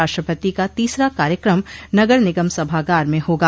राष्ट्रपति का तीसरा कार्यक्रम नगर निगम सभागार में होगा